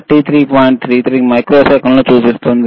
33 మైక్రోసెకన్లు చూపిస్తుంది